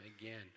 again